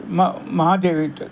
ಮ ಮಹಾದೇವಿಯಂತ